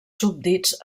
súbdits